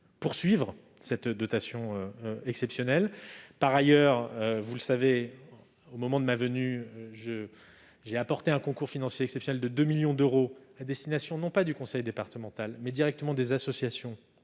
de cette dotation exceptionnelle. Vous le savez, lors de ma venue, j'ai apporté un concours financier exceptionnel de 2 millions d'euros à destination non pas du conseil départemental, mais directement des associations